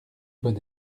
bon